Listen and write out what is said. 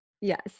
Yes